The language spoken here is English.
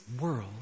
world